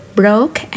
broke